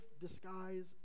disguise